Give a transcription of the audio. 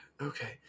Okay